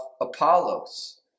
apollos